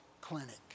clinic